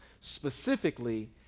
Specifically